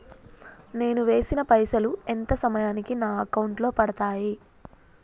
నేను వేసిన పైసలు ఎంత సమయానికి నా అకౌంట్ లో పడతాయి?